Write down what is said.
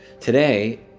Today